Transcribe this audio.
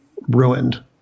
ruined